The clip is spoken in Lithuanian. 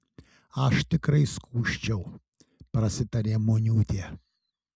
aš tikrai skųsčiau prasitarė muniūtė